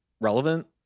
relevant